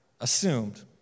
assumed